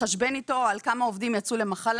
יתחשבן איתו על כמה עובדים יצאו למחלה